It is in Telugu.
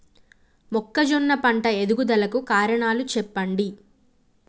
మొక్కజొన్న పంట ఎదుగుదల కు కారణాలు చెప్పండి?